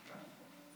אני אשמח תמיד לבוא לפה